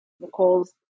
Nicole's